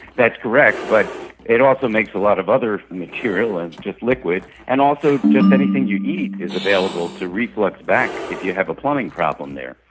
that's correct, but it also makes a lot of other material and just liquid, and also just anything you eat is available to reflux back if you have a plumbing problem there.